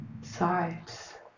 sides